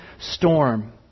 storm